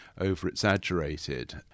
over-exaggerated